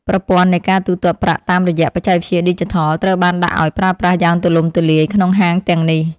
ប្រព័ន្ធនៃការទូទាត់ប្រាក់តាមរយៈបច្ចេកវិទ្យាឌីជីថលត្រូវបានដាក់ឱ្យប្រើប្រាស់យ៉ាងទូលំទូលាយក្នុងហាងទាំងនេះ។